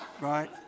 right